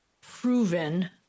proven